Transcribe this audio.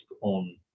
on